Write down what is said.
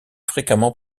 fréquemment